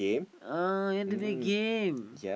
uh you want to play game